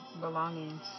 belongings